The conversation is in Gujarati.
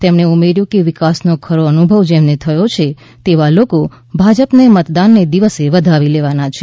તેમણે ઉમેર્યું કે વિકાસનો ખરો અનુભવ જેમને થયો છે તેવા લોકો ભાજપને મતદાનને દિવસે વધાવી લેવાના છે